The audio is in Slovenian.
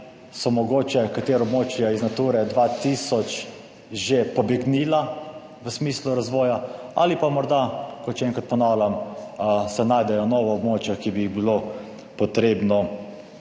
so mogoče katera območja iz Nature 2000 že pobegnila v smislu razvoja ali pa morda, kot še enkrat ponavljam, se najdejo nova območja, ki bi jih bilo potrebno